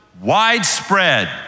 widespread